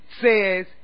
says